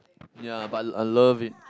ya but I I love it